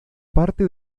parte